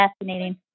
fascinating